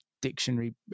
dictionary